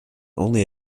only